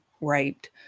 raped